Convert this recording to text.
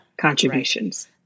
contributions